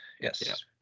Yes